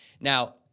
Now